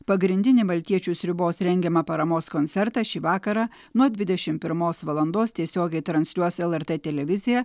pagrindinį maltiečių sriubos rengiamą paramos koncertą šį vakarą nuo dvidešim pirmos valandos tiesiogiai transliuos lrt televizija